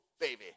baby